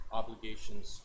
obligations